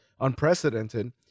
unprecedented